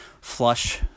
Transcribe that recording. flush